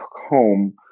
home